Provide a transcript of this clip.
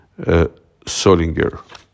Solinger